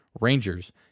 Rangers